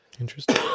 Interesting